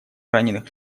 раненых